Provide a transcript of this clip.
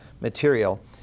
material